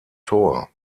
tor